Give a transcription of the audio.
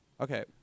Okay